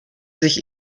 sich